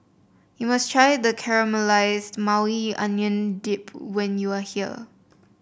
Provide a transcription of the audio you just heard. you must try the Caramelize Maui Onion Dip when you are here